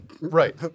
Right